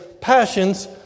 passions